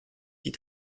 die